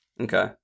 okay